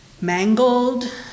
mangled